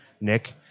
Nick